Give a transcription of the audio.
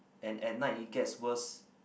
and at night it gets worse